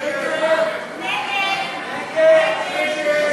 הצעת סיעת המחנה הציוני